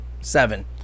seven